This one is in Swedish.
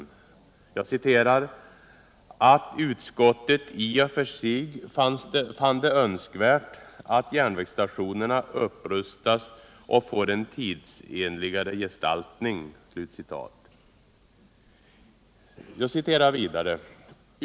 Utskottet hänvisar till det tidigare uttalandet och säger att utskottet då ”i och för sig fann det önsk värt att järnvägsstationerna upprustas och får en tidsenligare gestaltning.